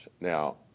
Now